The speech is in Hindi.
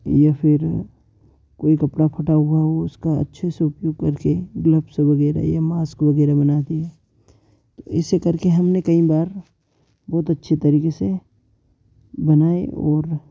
या फिर कोई कपड़ा फटा हुआ हो उसका अच्छे से उपयोग करके ग्लव्स वगेरह या मास्क वगेरह बना दिए ऐसे करके हमने कई बार बहुत अच्छे तरिके से बनाए और